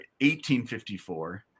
1854